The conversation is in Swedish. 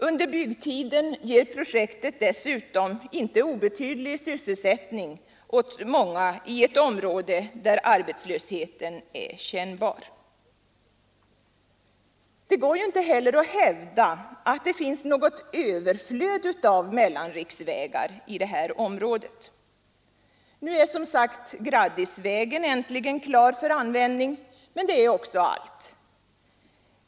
Under byggtiden ger projektet dessutom inte obetydlig sysselsättning åt många i ett område där arbetslösheten är kännbar. Det går ju inte att hävda att det finns något överflöd av mellanriksvägar i det här området. Nu är som sagt Graddisvägen äntligen klar för användning, men det är också allt.